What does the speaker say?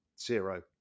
Zero